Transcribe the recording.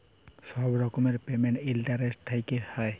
ছব রকমের payment internet থ্যাইকে হ্যয়